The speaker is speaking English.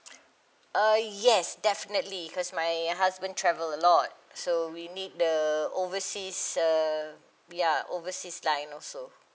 uh yes definitely because my husband travel a lot so we need the overseas uh ya overseas line also